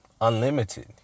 unlimited